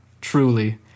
Truly